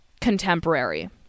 contemporary